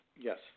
yes